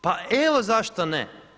Pa evo zašto ne.